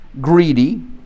greedy